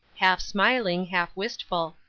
half smiling, half wistful.